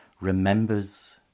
remembers